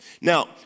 Now